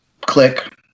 Click